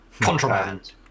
Contraband